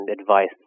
advice